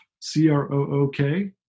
c-r-o-o-k